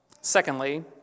Secondly